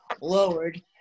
lowered